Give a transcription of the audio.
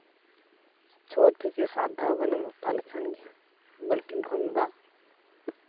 ᱪᱷᱚ ᱛᱷᱮᱠᱮ ᱥᱟᱛ ᱫᱷᱟᱣ ᱜᱟᱱᱮᱢ ᱚᱛᱟ ᱞᱮᱠᱷᱟᱱ ᱜᱮᱦᱟᱸᱜ ᱵᱟᱹᱞᱴᱤᱱ ᱠᱷᱚᱱ ᱫᱟᱜ